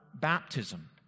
baptism